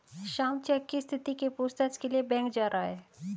Shyam cheque की स्थिति के पूछताछ के लिए बैंक जा रहा है